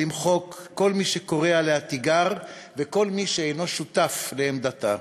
למחוק כל מי שקורא עליה תיגר וכל מי שאינו שותף לעמדתה,